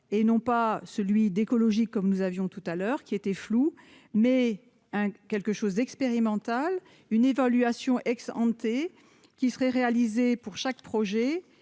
et non pas celui d'écologie, comme nous avions tout à l'heure qui était floue, mais un quelque chose d'expérimental, une évaluation ex qui serait réalisé pour chaque projet